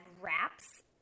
wraps